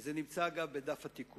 זה נמצא, אגב, בדף התיקונים,